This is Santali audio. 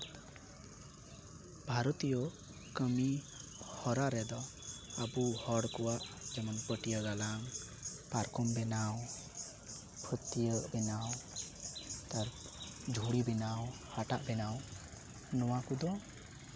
ᱵᱷᱟᱨᱚᱛᱤᱭᱚ ᱠᱟᱹᱢᱤ ᱦᱚᱨᱟ ᱨᱮᱫᱚ ᱟᱹᱵᱩ ᱦᱚᱲ ᱠᱚᱣᱟᱜ ᱡᱮᱢᱚᱱ ᱯᱟᱹᱴᱭᱟᱹ ᱜᱟᱞᱟᱝ ᱯᱟᱨᱠᱚᱢ ᱵᱮᱱᱟᱣ ᱯᱷᱟᱹᱛᱭᱟᱹᱜ ᱵᱮᱱᱟᱣ ᱡᱷᱩᱲᱤ ᱵᱮᱱᱟᱣ ᱦᱟᱴᱟᱜ ᱵᱮᱱᱟᱣ ᱱᱚᱣᱟ ᱠᱚᱫᱚ